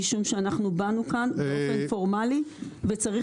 משום שאנחנו באנו לכאן באופן פורמלי וצריך